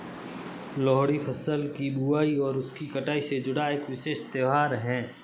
लोहड़ी फसल की बुआई और उसकी कटाई से जुड़ा एक विशेष त्यौहार है